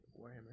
Warhammer